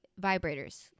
Vibrators